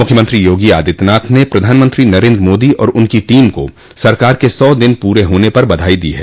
मुख्यमंत्री योगी आदित्यनाथ ने प्रधानमंत्री नरेन्द्र मोदी और उनकी टीम को सरकार के सौ दिन पूरे होने पर बधाई दी है